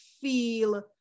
feel